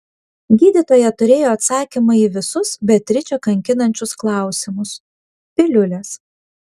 gydytoja turėjo atsakymą į visus beatričę kankinančius klausimus piliulės